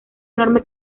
enorme